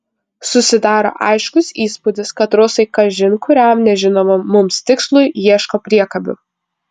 susidaro aiškus įspūdis kad rusai kažin kuriam nežinomam mums tikslui ieško priekabių